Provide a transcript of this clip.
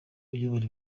uyobora